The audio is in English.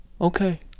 okay